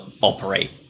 operate